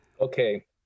Okay